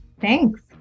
Thanks